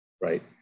right